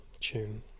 tune